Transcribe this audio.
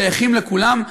שייכים לכולם,